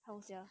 how sia